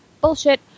Bullshit